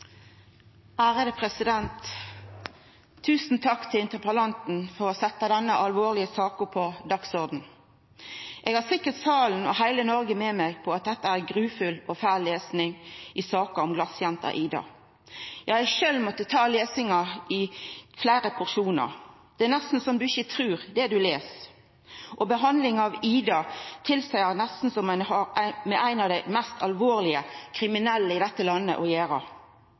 Tusen takk til interpellanten for å ha sett denne alvorlege saka på dagsordenen. Eg har sikkert salen – og heile Noreg – med meg i at saka om «glasjenta» «Ida» er grufull og fæl lesnad. Eg måtte sjølv ta lesinga i fleire porsjonar. Det er nesten så ein ikkje trur det ein les. Behandlinga av «Ida» er nesten som om ein har med ein av dei mest alvorleg kriminelle i dette landet å gjera.